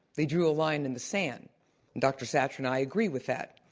they drew a line in the sand. and dr. satcher and i agree with that.